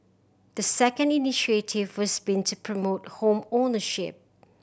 the second initiative has been to promote home ownership